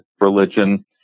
religion